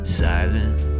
silent